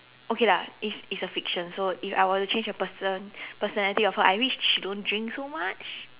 okay lah it's it's a fiction so if I were to change a person personality of her I wish she don't drink so much